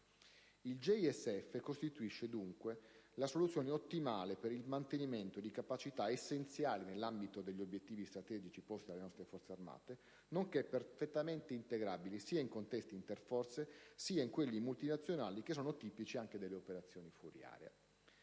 Il JSF costituisce, dunque, la soluzione ottimale per il mantenimento di capacità essenziali nell'ambito degli obiettivi strategici posti alle nostre Forze armate, nonché perfettamente integrabile sia in contesti interforze, sia in quelli multinazionali, che sono tipici delle azioni fuori area.